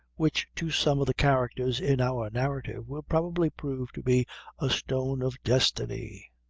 which to some of the characters in our narrative will probably prove to be a stone of destiny.